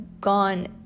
gone